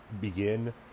begin